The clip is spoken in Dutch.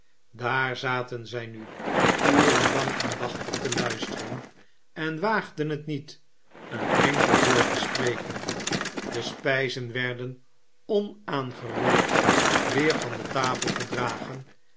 daar zaten zij nu uren lang aandachtig te luisteren en waagden het niet een enkel woord te spreken de spijzen werden onaangeroerd weer van de tafel gedragen